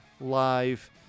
live